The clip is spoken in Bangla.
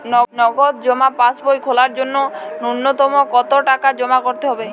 নগদ জমা পাসবই খোলার জন্য নূন্যতম কতো টাকা জমা করতে হবে?